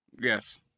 Yes